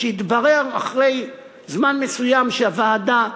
שהתברר אחרי זמן מסוים שהוועדה,